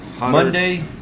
Monday